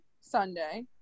Sunday